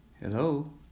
Hello